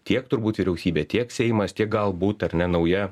tiek turbūt vyriausybė tiek seimas tiek galbūt ar ne nauja